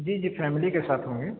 جی جی فیملی کے ساتھ ہوں میں